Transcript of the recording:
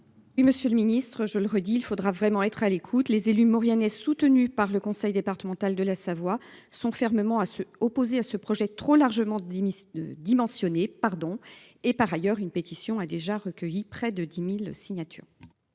Oui, Monsieur le Ministre, je le redis, il faudra vraiment être à l'écoute les élus Mauriennais soutenu par le conseil départemental de la Savoie sont fermement à ce opposés à ce projet trop largement dit Miss de dimensionner pardon et par ailleurs une pétition a déjà recueilli près de 10.000 signatures.